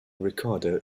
ricardo